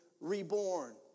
reborn